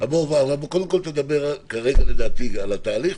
קודם תדבר כרגע לדעתי על התהליך,